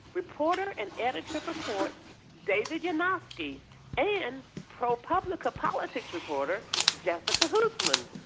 reporter and editor for quartz david yanofsky and propublica politics reporter jessica huseman.